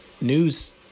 news